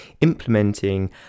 implementing